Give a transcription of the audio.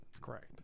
Correct